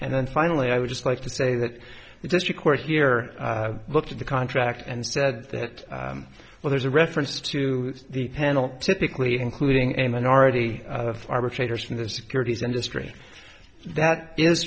and then finally i would just like to say that we just of course here looked at the contract and said that well there's a reference to the panel typically including a minority of arbitrators from the securities industry that is